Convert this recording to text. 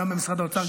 גם במשרד האוצר,